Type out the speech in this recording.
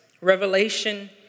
revelation